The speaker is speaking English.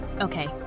Okay